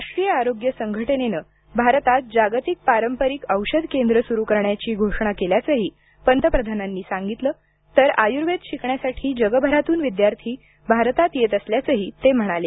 राष्ट्रीय आरोग्य संघटनेनं भारतात जागतिक पारंपरिक औषध केंद्र सुरू करण्याची घोषणा केल्याचंही पंतप्रधानांनी सांगितल तर आयुर्वेद शिकण्यासाठी जगभरातून विद्यार्थी भारतात येत असल्याचही ते म्हणाले